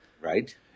Right